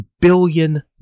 billion